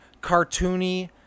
cartoony